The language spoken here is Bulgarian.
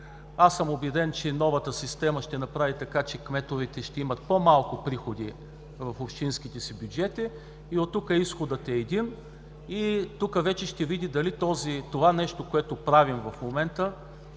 Аз съм убеден, че новата система ще направи така, че кметовете ще имат по-малко приходи в общинските си бюджети. От тук изходът е един и тук вече ще се види дали това нещо, което правим в момента,